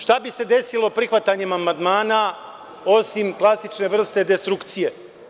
Šta bi se desilo prihvatanjem amandmana, osim klasične vrste destrukcije?